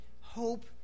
hope